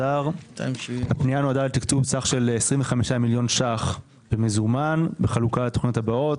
נועדה לתקצוב סך של 25 מיליון ₪ במזומן בחלוקה לתוכניות הבאות: